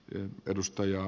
arvoisa puhemies